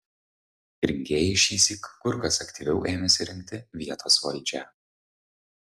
rinkėjai šįsyk kur kas aktyviau ėmėsi rinkti vietos valdžią